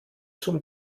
zum